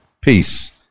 Peace